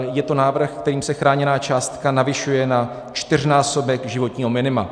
Je to návrh, kterým se chráněná částka navyšuje na čtyřnásobek životního minima.